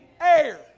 air